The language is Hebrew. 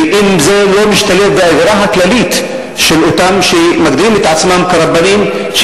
ואם זה לא משתלב באווירה הכללית של אותם שמגדירים את עצמם כרבנים,